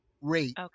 rate